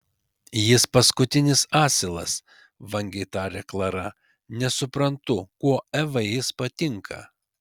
jis paskutinis asilas vangiai taria klara nesuprantu kuo evai jis patinka